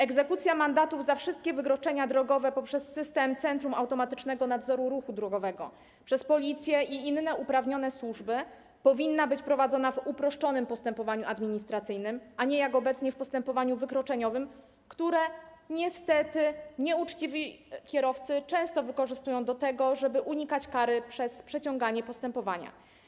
Egzekucja mandatów za wszystkie wykroczenia drogowe poprzez system Centrum Automatycznego Nadzoru Ruchu Drogowego przez Policję i inne uprawnione służby powinna być prowadzona w uproszczonym postępowaniu administracyjnym, a nie jak obecnie, w postępowaniu wykroczeniowym, które niestety nieuczciwi kierowcy często wykorzystują do tego, żeby unikać kary przez przeciąganie postępowania.